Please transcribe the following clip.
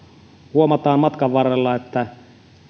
huomataan matkan varrella että